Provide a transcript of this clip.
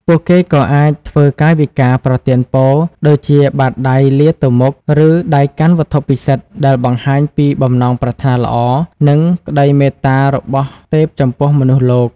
ពួកគេក៏អាច ធ្វើកាយវិការប្រទានពរ ដូចជាបាតដៃលាទៅមុខ ឬដៃកាន់វត្ថុពិសិដ្ឋ ដែលបង្ហាញពីបំណងប្រាថ្នាល្អ និងក្ដីមេត្តារបស់ទេពចំពោះមនុស្សលោក។